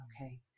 Okay